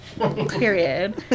period